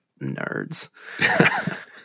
nerds